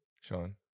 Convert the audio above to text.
Sean